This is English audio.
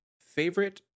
favorite